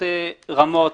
שתי רמות.